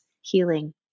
healing